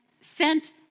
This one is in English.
sent